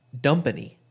dumpany